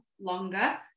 longer